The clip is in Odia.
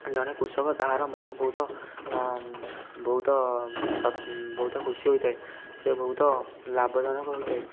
ଜଣେ କୃଷକ ତାହାର ମନ ବହୁତ ବହୁତ ବହୁତ ଖୁସି ହୋଇଥାଏ ସେ ବହୁତ ଲାଭଜନକ ହୋଇଥାଏ